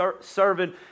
serving